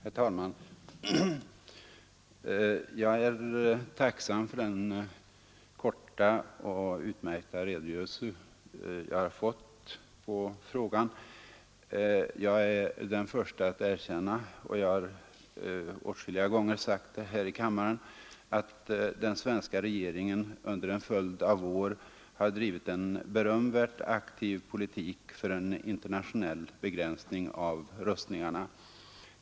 Herr talman! Jag är tacksam för den korta och utmärkta redogörelse som utrikesminister Wickman har lämnat som svar på min fråga. Jag är den förste att erkänna, och jag har åtskilliga gånger sagt det här i kammaren, att den svenska regeringen under en följd av år har drivit en berömvärt aktiv politik för en internationell begränsning av rustningarna.